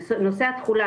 נושא התכולה,